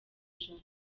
ijana